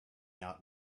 out